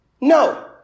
No